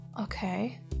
Okay